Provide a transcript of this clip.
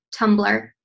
Tumblr